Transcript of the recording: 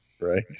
right